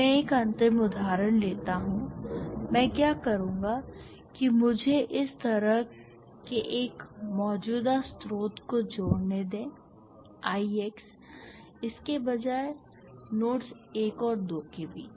मैं एक अंतिम उदाहरण लेता हूं मैं क्या करूंगा कि मुझे इस तरह के एक मौजूदा स्रोत को जोड़ने दें Ix इसके बजाय नोड्स 1 और 2 के बीच